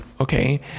okay